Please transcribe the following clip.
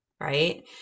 right